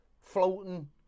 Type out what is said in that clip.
floating